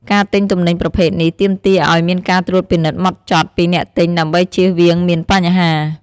ការទិញទំនិញប្រភេទនេះ ទាមទារអោយមានការត្រួតពិនិត្យហ្មត់ចត់ពីអ្នកទិញដើម្បីជៀសវាងមានបញ្ហា។